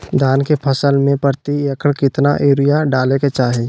धान के फसल में प्रति एकड़ कितना यूरिया डाले के चाहि?